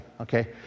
okay